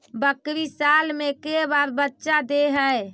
बकरी साल मे के बार बच्चा दे है?